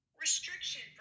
restriction